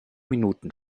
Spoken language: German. minuten